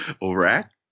Overact